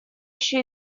еще